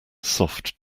soft